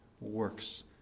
works